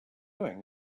doing